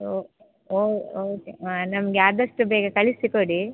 ಓ okay ನಮಗೆ ಆದಷ್ಟು ಬೇಗ ಕಳಿಸಿಕೊಡಿ